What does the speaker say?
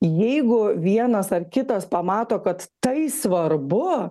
jeigu vienas ar kitas pamato kad tai svarbu